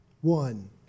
one